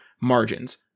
margins